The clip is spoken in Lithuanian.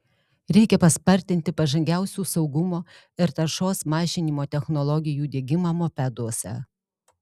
reikia paspartinti pažangiausių saugumo ir taršos mažinimo technologijų diegimą mopeduose